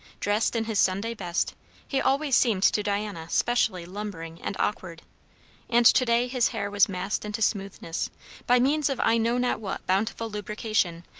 dressed in his sunday best he always seemed to diana specially lumbering and awkward and to-day his hair was massed into smoothness by means of i know not what bountiful lubrication,